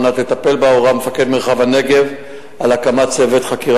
על מנת לטפל בה הורה מפקד מרחב הנגב על הקמת צוות חקירה